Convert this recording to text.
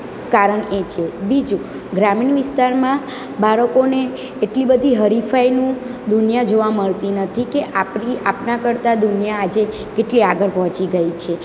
કારણ એ છે બીજું ગ્રામીણ વિસ્તારમાં બાળકોને એટલી બધી હરીફાઈનું દુનિયા જોવા મળતી નથી કે આપણી આપણા કરતાં દુનિયા આજે કેટલી આગળ પહોંચી ગઈ છે